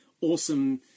awesome